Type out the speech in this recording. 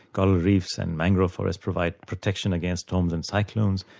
coral reefs and mangrove forests provide protection against storms and cyclones.